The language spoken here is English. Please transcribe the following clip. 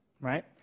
right